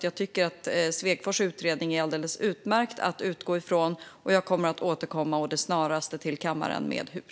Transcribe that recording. Jag tycker att det är alldeles utmärkt att utgå från Svegfors utredning, och jag kommer att återkomma å det snaraste till kammaren med hur.